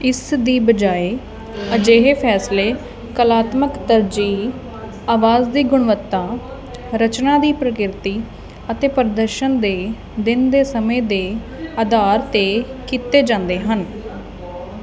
ਇਸ ਦੀ ਬਜਾਏ ਅਜਿਹੇ ਫੈਸਲੇ ਕਲਾਤਮਕ ਤਰਜੀਹ ਆਵਾਜ਼ ਦੀ ਗੁਣਵੱਤਾ ਰਚਨਾ ਦੀ ਪ੍ਰਕਿਰਤੀ ਅਤੇ ਪ੍ਰਦਰਸ਼ਨ ਦੇ ਦਿਨ ਦੇ ਸਮੇਂ ਦੇ ਆਧਾਰ 'ਤੇ ਕੀਤੇ ਜਾਂਦੇ ਹਨ